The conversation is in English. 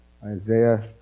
Isaiah